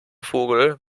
vogel